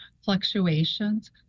fluctuations